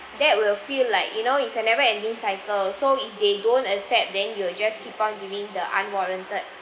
that will feel like you know it's a never ending cycle so if they don't accept then you will just keep on giving the unwarranted